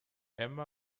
emma